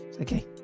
okay